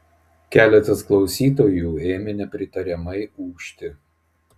keletas klausytojų ėmė nepritariamai ūžti